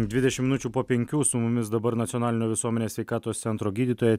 dvidešimt minučių po penkių su mumis dabar nacionalinio visuomenės sveikatos centro gydytoja